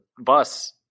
bus